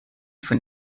von